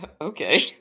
Okay